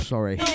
Sorry